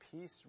peace